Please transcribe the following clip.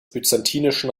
byzantinischen